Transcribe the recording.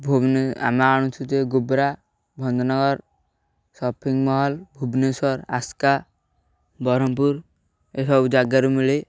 ଆମେ ଆଣୁଛୁ ଯେ ଗୋବ୍ରା ଭଞ୍ଜନଗର ସପିଙ୍ଗ ମଲ୍ ଭୁବନେଶ୍ୱର ଆସ୍କା ବରହମପୁର ଏସବୁ ଜାଗାରୁ ମିଳେ